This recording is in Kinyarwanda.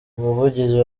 umuvugizi